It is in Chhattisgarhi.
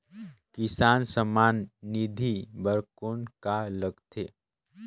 किसान सम्मान निधि बर कौन का लगथे?